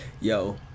yo